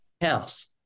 house